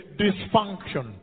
dysfunction